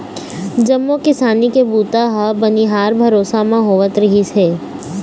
जम्मो किसानी के बूता ह बनिहार भरोसा म होवत रिहिस हे